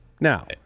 Now